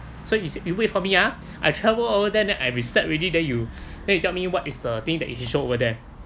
so is it wait for me ah I travel over then I reset already then you tell me what is the thing that it is show over there